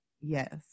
yes